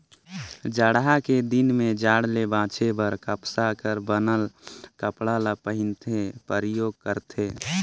जड़हा के दिन में जाड़ ले बांचे बर कपसा कर बनल कपड़ा ल पहिनथे, परयोग करथे